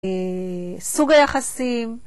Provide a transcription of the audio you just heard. סוג היחסים.